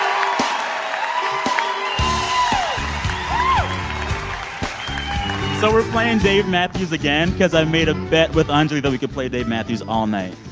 um we're playing dave matthews again because i made a bet with anjuli that we could play dave matthews all night